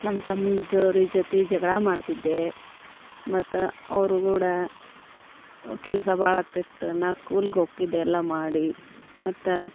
ನಮ್ಮ ತಮ್ದಿರ ಜೊತೆ ಜಗಳ ಮಾಡ್ತಿದ್ದೆ ಮತ್ತು ಅವ್ರೂ ಕೂಡ ಕೆಲಸ ಭಾಳ ಆಕ್ತಿತ್ತು ನಾನು ಸ್ಕೂಲ್ಗೆ ಹೋಕ್ತಿದ್ದೆ ಎಲ್ಲ ಮಾಡಿ ಮತ್ತು